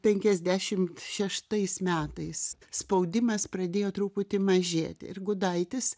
penkiasdešimt šeštais metais spaudimas pradėjo truputį mažėti ir gudaitis